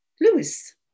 Lewis